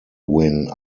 win